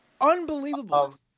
Unbelievable